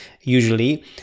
usually